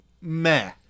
meh